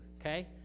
okay